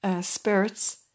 Spirits